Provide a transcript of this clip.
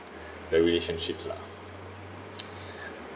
the relationships lah